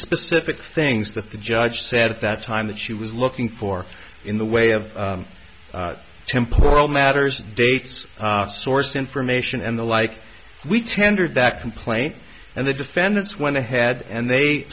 specific things that the judge said at that time that she was looking for in the way of temporal matters dates source information and the like we tendered that complaint and the defendants went ahead and they